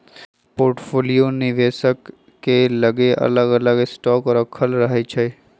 portfolio निवेशक के लगे अलग अलग स्टॉक राखल रहै छइ